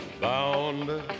Bound